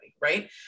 right